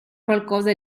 qualcosa